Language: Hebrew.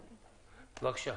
בבקשה.